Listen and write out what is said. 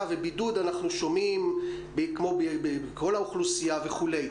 ובידוד אנחנו שומעים כמו כל האוכלוסייה וכו'.